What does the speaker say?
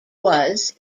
was